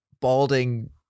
balding